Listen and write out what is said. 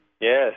Yes